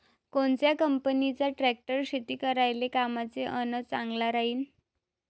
कोनच्या कंपनीचा ट्रॅक्टर शेती करायले कामाचे अन चांगला राहीनं?